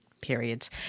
periods